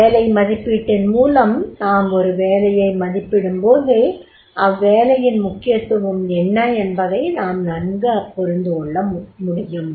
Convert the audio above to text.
வேலை மதிப்பீட்டின் மூலம் நாம் ஒரு வேலையை மதிப்பிடும்போது அவ்வேலையின் முக்கியத்துவம் என்ன என்பதை நாம் நன்கு புரிந்துகொள்ளலாம்